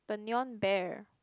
the neon bear